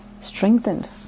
strengthened